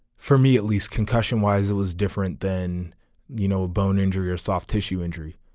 for me at least concussion wise it was different than you know a bone injury or soft tissue injury.